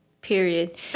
Period